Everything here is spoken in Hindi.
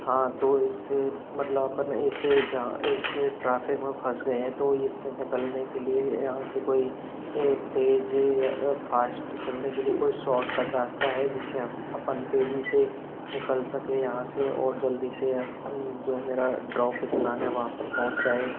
हाँ तो इस से मतलब अपन इस से इस से ट्रैफ़िक में फस गए हैं तो इस से निकलने के लिए यहाँ से कोई तेज़ फ़ास्ट चलने के लिए कोई शॉर्टकट रास्ता है जिस से हम अपन तेज़ी से निकल सकें यहाँ से और जल्दी से हम जो मेरा ड्रॉप स्थान है वहाँ पर पहुंच जाए